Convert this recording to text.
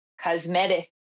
cosmetic